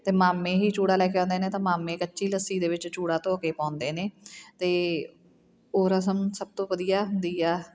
ਅਤੇ ਮਾਮੇ ਹੀ ਚੂੜਾ ਲੈ ਕੇ ਆਉਂਦੇ ਨੇ ਤਾਂ ਮਾਮੇ ਕੱਚੀ ਲੱਸੀ ਦੇ ਵਿੱਚ ਚੂੜਾ ਧੋ ਕੇ ਪਾਉਂਦੇ ਨੇ ਅਤੇ ਉਹ ਰਸਮ ਸਭ ਤੋਂ ਵਧੀਆ ਹੁੰਦੀ ਆ